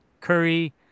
Curry